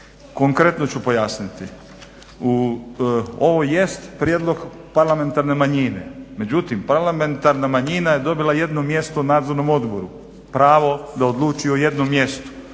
konkretno ću pojasniti. Ovo jest prijedlog parlamentarne manjine, međutim parlamentarna manjina je dobila jedno mjesto u Nadzornom odboru, pravo da odlučuje o jednom mjestu